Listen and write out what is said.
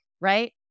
right